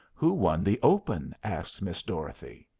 who won the open? asks miss dorothy.